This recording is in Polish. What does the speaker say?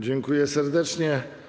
Dziękuję serdecznie.